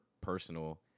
personal